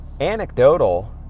anecdotal